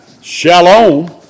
Shalom